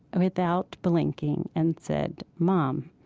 without blinking and said, mom,